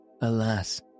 Alas